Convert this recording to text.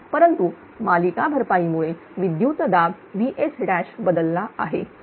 परंतु मालिका भरपायी मुळे विद्युतदाब VS बदलला आहे